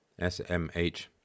SMH